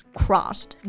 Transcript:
crossed 。